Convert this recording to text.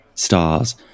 Stars